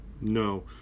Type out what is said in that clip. no